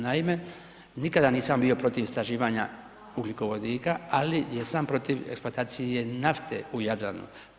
Naime, nikada nisam bio protiv istraživanja ugljikovodika ali jesam protiv eksploatacije nafte u Jadranu.